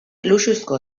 luxuzko